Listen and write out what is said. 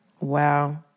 Wow